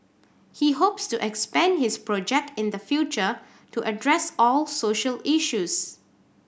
he hopes to expand his project in the future to address all social issues